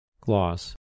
Gloss